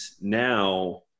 now